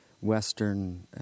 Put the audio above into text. Western